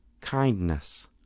kindness